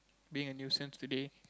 being a nuisance today